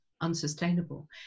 unsustainable